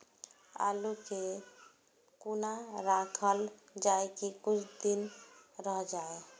आलू के कोना राखल जाय की कुछ दिन रह जाय?